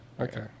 Okay